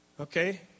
okay